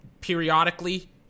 periodically